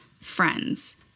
friends